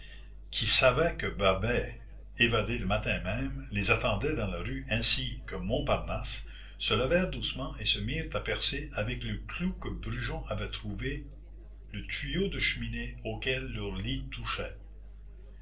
qui savaient que babet évadé le matin même les attendait dans la rue ainsi que montparnasse se levèrent doucement et se mirent à percer avec le clou que brujon avait trouvé le tuyau de cheminée auquel leurs lits touchaient